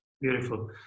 Beautiful